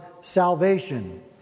salvation